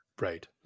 Right